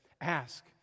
ask